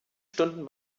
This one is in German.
stunden